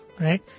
Right